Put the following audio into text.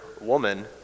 woman